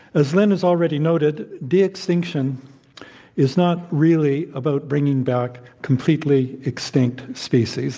as lynn has already noted, de-extinction is not really about bringing back completely extinct species.